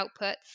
outputs